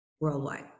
worldwide